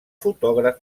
fotògraf